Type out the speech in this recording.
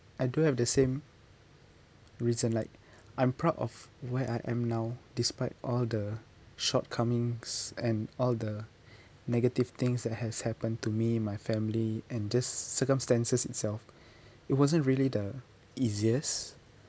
I do have the same reason like I'm proud of where I am now despite all the shortcomings and all the negative things that has happened to me and my family and just circumstances itself it wasn't really the easiest